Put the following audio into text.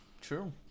true